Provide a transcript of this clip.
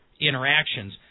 interactions